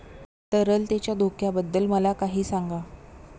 तरलतेच्या धोक्याबद्दल मला काही सांगा